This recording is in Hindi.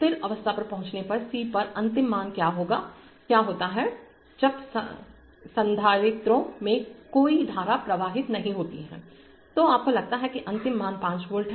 स्थिर अवस्था पर पहुंचने पर C पर अंतिम मान क्या होता है जब संधारित्रों में कोई धारा प्रवाहित नहीं होती है जो आपको लगता है कि अंतिम मान 5 वोल्ट है